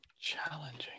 challenging